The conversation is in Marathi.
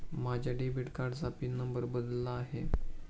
माझ्या डेबिट कार्डाचा पिन नंबर बदलला आहे